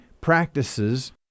practices